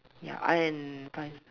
ya I'm fine